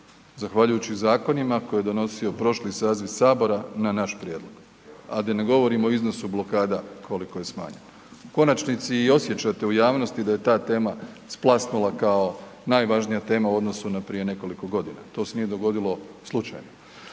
zahvaljujući zakonima koje je donosio prošli saziv sabora na naš prijedlog, a da ne govorimo o iznosu blokada koliko je smanjeno. U konačnici i osjećate u javnosti da je ta tema splasnula kao najvažnija tema u odnosu na prije nekoliko godina. To se nije dogodilo slučajno.